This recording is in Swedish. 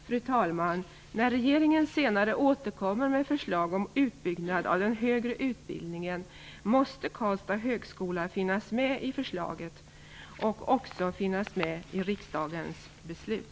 Fru talman! När regeringen senare återkommer med förslag om utbyggnad av den högre utbildningen måste Karlstad högskola finnas med i förslaget samt också i riksdagens beslut.